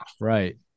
Right